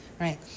right